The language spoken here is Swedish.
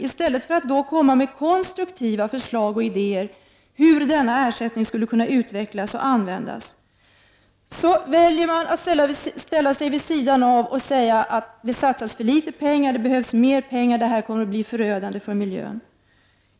I stället för att framföra konstruktiva förslag och idéer kring hur denna ersättning skulle kunna utvecklas och användas vill miljörörelsen ställa sig vid sidan av och säga att det satsas för litet pengar, att det behövs mer pengar och att beslutet kommer att bli förödande för miljön.